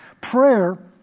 Prayer